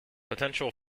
potential